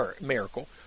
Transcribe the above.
miracle